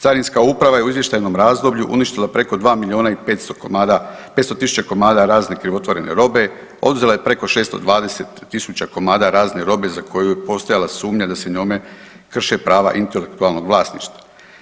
Carinska uprava je u izvještajnom razdoblju uništila preko 2 milijuna i 500 komada, 500 tisuća komada razne krivotvorene robe, oduzela je preko 620 tisuća komada razne robe za koju je postojala sumnja da se njome krše prava intelektualnog vlasništva.